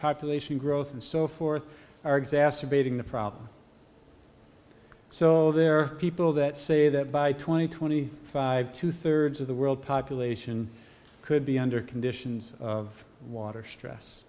population growth and so forth are exacerbating the problem so there are people that say that by twenty twenty five two thirds of the world population could be under conditions of water stress